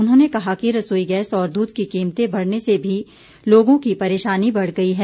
उन्होंने कहा कि रसोई गैस और दूध की कीमतें बढ़ने से भी लोगों की परेशानी बढ़ गई है